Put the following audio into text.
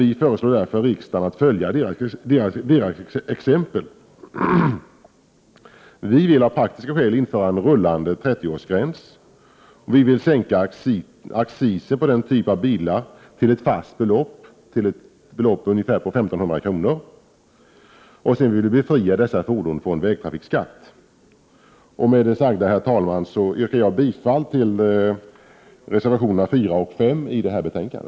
Vi föreslår att riksdagen skall följa deras exempel. Vi vill av praktiska skäl införa en rullande 30-årsgräns. Vi vill sänka accisen på denna typ av bilar till ett fast belopp på ca 1 500 kr. Vi vill också befria dessa fordon från vägtrafikskatt. Med det sagda, herr talman, yrkar jag bifall till reservationerna 4 och 5 i detta betänkande.